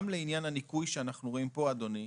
גם לעניין הניכוי שאנחנו רואים פה אדוני,